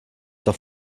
doch